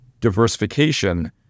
diversification